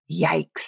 Yikes